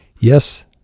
Yes